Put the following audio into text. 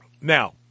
Now